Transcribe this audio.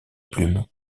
plumes